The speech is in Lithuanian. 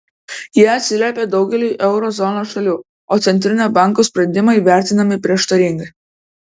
jie atsiliepia daugeliui euro zonos šalių o centrinio banko sprendimai vertinami prieštaringai